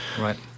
Right